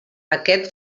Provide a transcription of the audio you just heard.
aquest